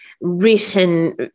written